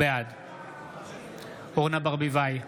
בעד אורנה ברביבאי,